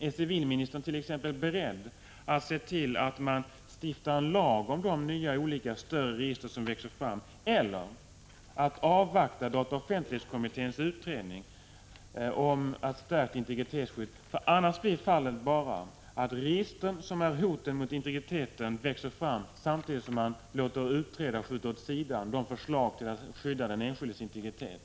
Är civilministern t.ex. beredd att se till att en lag stiftas om de olika större register som växer fram eller att avvakta dataoch offentlighetskommitténs utredning om stärkt integritetsskydd? Annars blir fallet bara att registren, som är hoten mot integriteten, växer fram samtidigt som man utreder och skjuter åt sidan förslagen till skydd för den enskildes integritet.